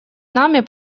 нами